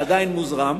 ועדיין מוזרם.